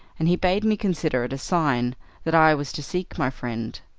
and he bade me consider it a sign that i was to seek my friend.